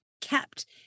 kept